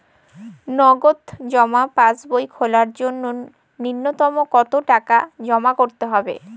নগদ জমা পাসবই খোলার জন্য নূন্যতম কতো টাকা জমা করতে হবে?